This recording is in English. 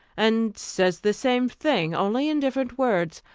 and says the same thing, only in different words.